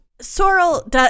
Sorrel